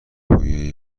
توی